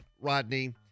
Rodney